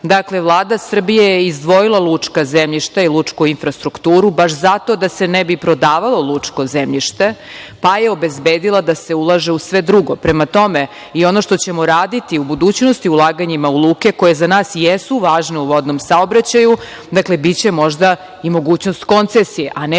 dakle Vlada Srbije je izdvojila lučka zemljišta i lučku infrastrukturu, baš zato da se ne bi prodavalo lučko zemljište, pa je obezbedila da se ulaže u sve drugo. Prema tome, ono što ćemo raditi u budućnosti u ulaganjima u luke koje za nas jesu važne u vodnom saobraćaju, dakle biće možda i mogućnost koncesije, a ne